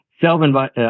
self-invite